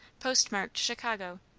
postmarked chicago,